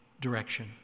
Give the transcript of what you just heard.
direction